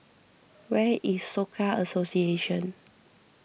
where is Soka Association